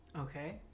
Okay